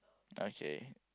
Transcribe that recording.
okay